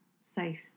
safe